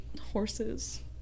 Horses